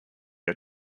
are